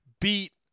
Beat